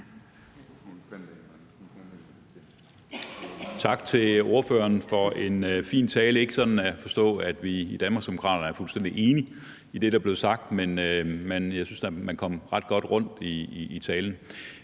Tak til ordføreren for en fin tale. Ikke sådan at forstå, at vi i Danmarksdemokraterne er fuldstændig enige i det, der blev sagt. Men jeg synes da, man kom ret godt rundt i talen.